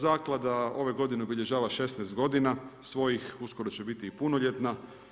Zaklada ove godine obilježava 16 godina svojih, uskoro će biti i punoljetna.